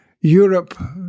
Europe